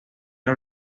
era